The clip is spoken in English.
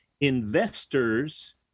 investors